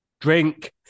Drink